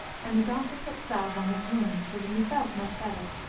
and the doctor put salve on his wound, so that he felt much better,